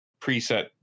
preset